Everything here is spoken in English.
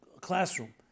classroom